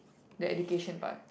the education part